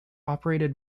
operated